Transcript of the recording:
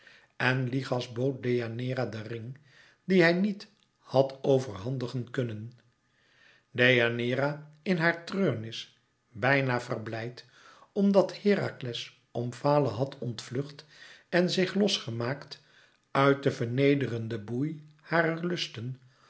en lichas bood deianeira den ring dien hij niet had overhandigen kunnen deianeira in haar treurenis bijna verblijd omdat herakles omfale had ontvlucht en zich los gemaakt uit den vernederenden boei harer lusten